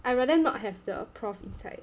I rather not have the prof inside